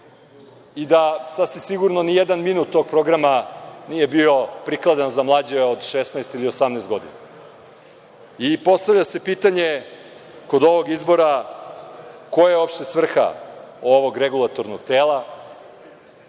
i da sasvim sigurno nijedan minut tog programa nije bio prikladan za mlađe od 16 ili 18 godina i postavlja se pitanje kod ovog izbora – koja je uopšte svrha ovog regulatornog tela? Ono